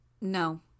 No